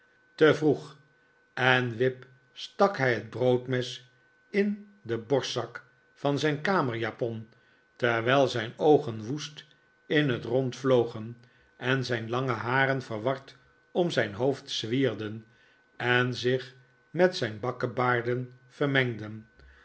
te vroeg en wip stak hij net broodmes in den borstzak van zijn kamerjapon terwijl zijn oogen woest in het rond vlogen en zijn lange haren verward om zijn hoofd zwierden en zich met zijn bakkebaardeii vermengden